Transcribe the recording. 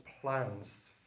plans